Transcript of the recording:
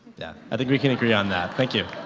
yeah, i think we can agree on that. thank you.